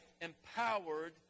empowered